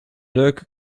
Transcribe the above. leuke